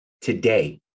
today